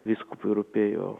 vyskupui rūpėjo